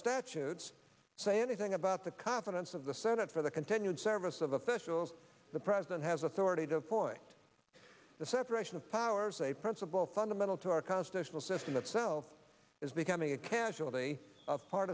statutes say anything about the confidence of the senate for the continued service of officials the president has authority to avoid the separation of powers a principle fundamental to our constitutional system itself is becoming a casualty of part